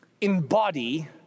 embody